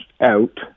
out